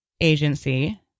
agency